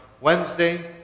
Wednesday